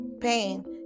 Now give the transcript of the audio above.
pain